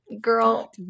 girl